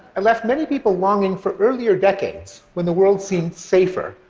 and left many people longing for earlier decades, when the world seemed safer,